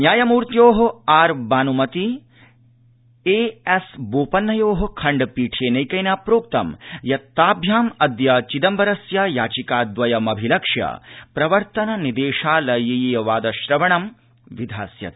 न्यायमूत्योः श्र् Banumathi A S बोपन्नयोः खण्डपीठेनैकेन प्रोक्तं यत् ताभ्याम् अद्य चिदम्बरस्य याचिकाद्रयमभिलक्ष्य प्रवर्तन निदेशालयीय वादश्रवणं विधास्यते